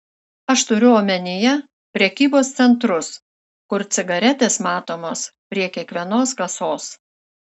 aš turiu omenyje prekybos centrus kur cigaretės matomos prie kiekvienos kasos